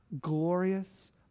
glorious